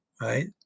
right